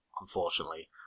unfortunately